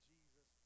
Jesus